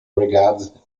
regarded